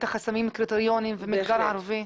החסמים ואת הקריטריונים במגזר הערבי?